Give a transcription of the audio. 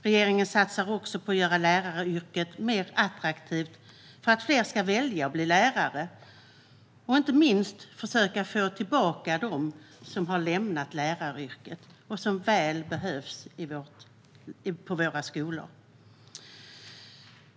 Regeringen satsar också på att göra läraryrket mer attraktivt för att fler ska välja att bli lärare och inte minst för att försöka få tillbaka dem som har lämnat läraryrket och som så väl behövs i våra skolor.